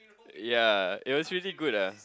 ya it was really good ah